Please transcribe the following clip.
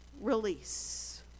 release